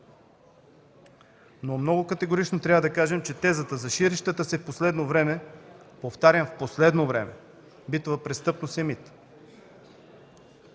Но много категорично трябва да кажем, че тезата за ширещата се в последно време –повтарям в последно време – битова престъпност е мит.